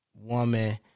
woman